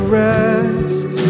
rest